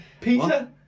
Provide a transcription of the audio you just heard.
Peter